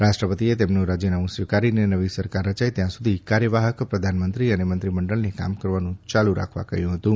રાષ્ટ્રપતિએ તેમનું રાજીનામું સ્વીકારીને નવી સરકાર રચાય ત્યાં સુધી કાર્યવાહક પ્રધાનમંત્રી અને મંત્રીમંડળને કામ કરવાનું ચાલુ રાખવા કહ્યું હતું